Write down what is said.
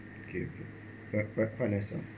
okay okay but but quite nice ah